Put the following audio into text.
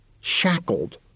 shackled